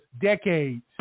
decades